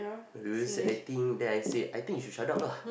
when people say I think then I say I think you should shut up ah